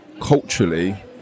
culturally